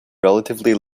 relatively